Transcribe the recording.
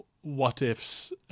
what-ifs